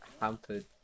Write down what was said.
hampered